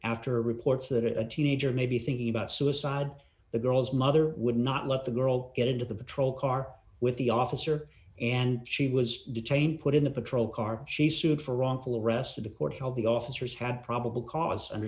after reports that a teenager may be thinking about suicide the girl's mother would not let the girl get into the patrol car with the officer and she was detained put in the patrol car she sued for wrongful arrest of the court held the officers had probable cause under